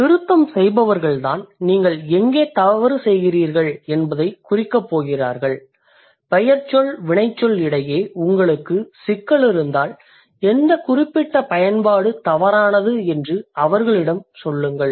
திருத்தம் செய்பவர்கள்தான் நீங்கள் எங்கே தவறு செய்கிறீர்கள் என்பதைக் குறிக்கப் போகிறார்கள் பெயர்ச்சொல் வினைச்சொல் இடையே உங்களுக்குச் சிக்கல் இருந்தால் எந்தக் குறிப்பிட்ட பயன்பாடு தவறானது என்று அவர்களிடம் சொல்லுங்கள்